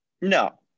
No